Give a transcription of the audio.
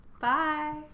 Bye